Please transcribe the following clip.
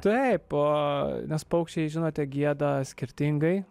taip nes paukščiai žinote gieda skirtingai